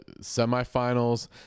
semifinals